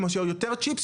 כמו ש"יותר צ'יפס,